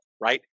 right